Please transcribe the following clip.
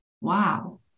Wow